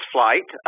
Flight